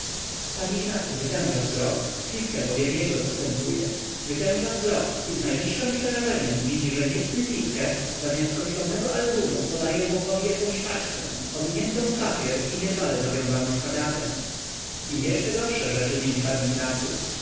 pan ignacy wytęża wzrok pifke bowiem jego zastępuje wytęża wzrok i z najwyższem przerażeniem widzi że niecny pifke zamiast kosztownego albumu podaje włochowi jakąś paczkę owiniętą w papier i niedbale zawiązaną szpagatem i jeszcze gorsze rzeczy widzi pan ignacy